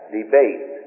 debate